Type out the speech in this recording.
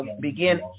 begin